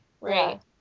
right